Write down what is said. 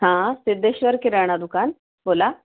हां सिद्धेश्वर किराणा दुकान बोला